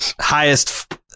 highest